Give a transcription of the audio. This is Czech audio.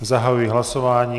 Zahajuji hlasování.